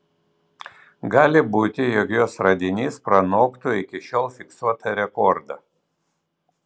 gali būti jog jos radinys pranoktų iki šiol fiksuotą rekordą